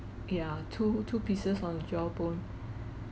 ya two two pieces on the jawbone